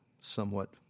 somewhat